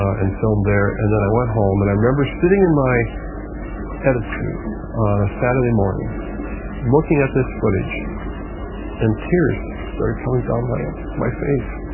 and filmed there and then i went home and i remember sitting in my edit suite on a saturday morning looking at this footage and tears started coming down my ah my face